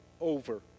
over